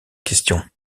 question